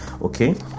okay